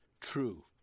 true